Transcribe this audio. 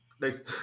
Next